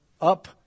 Up